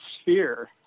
sphere